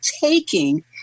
taking